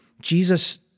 Jesus